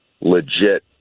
legit